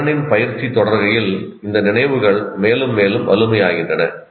திறனின் பயிற்சி தொடர்கையில் இந்த நினைவுகள் மேலும் மேலும் வலுமையாகின்றன